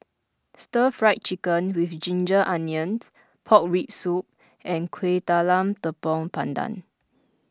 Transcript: Stir Fried Chicken with Ginger Onions Pork Rib Soup and Kueh Talam Tepong Pandan